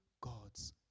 God's